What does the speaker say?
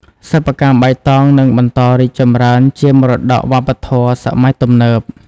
សិប្បកម្មបៃតងនឹងបន្តរីកចម្រើនជាមរតកវប្បធម៌សម័យទំនើប។